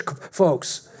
folks